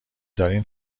دارین